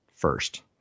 First